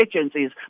agencies